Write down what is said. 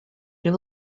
rhyw